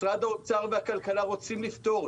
משרד האוצר והכלכלה רוצים לפתור.